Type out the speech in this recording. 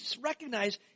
recognize